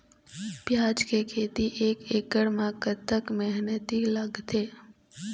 प्याज के खेती एक एकड़ म कतक मेहनती लागथे?